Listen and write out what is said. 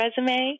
Resume